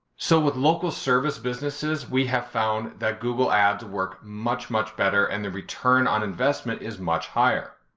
so with local service businesses, we have found that google ads work, much much better, and the return on investment is much higher.